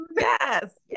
yes